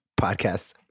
podcast